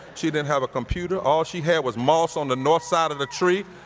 she didn't have a computer, all she had was moss on the north side of the tree,